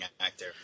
actor